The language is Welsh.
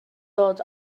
dod